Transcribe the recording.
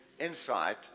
insight